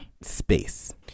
space